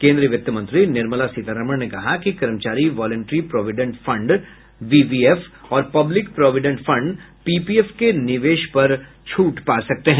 केन्द्रीय वित्त मंत्री निर्मला सीतारमण ने कहा कि कर्मचारी वॉलिंटरी प्रोविडेंट फंड वीवीएफ और पब्लिक प्रोविडेंट फंड पीपीएफ के निवेश पर छूट पा सकते हैं